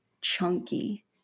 chunky